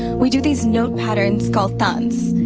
we do these note patterns called thuns.